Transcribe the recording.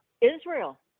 Israel